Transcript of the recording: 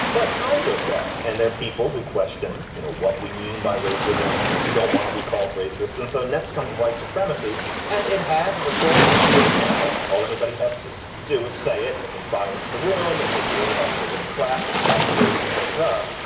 but time goes by. and there are people who question, you know, what we mean by racism, who don't want to be called racists, and so next comes white supremacy and it has a rhetorical sting. now, all anybody has to so do is say it and it can silence the room. it makes the other half of the room clerk. that's the way these things are.